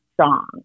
song